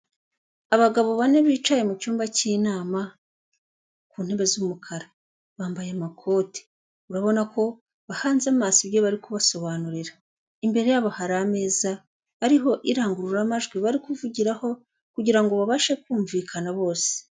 Abagabo bane bicaye mu cyumba k'inama ku ntebe z'umukara, bambaye amakote, urabona ko bahanze amaso ibyo bari kubasobanurira, imbere yabo hari ameza ariho irangururamajwi bari kuvugiraho kugira ngo babashe kumvikana bose.